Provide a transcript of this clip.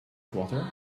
swatter